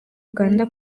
uganda